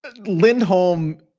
Lindholm